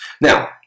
Now